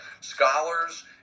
Scholars